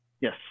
Yes